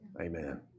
Amen